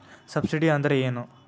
Subsidy ಅಂದ್ರೆ ಏನು?